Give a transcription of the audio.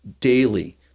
daily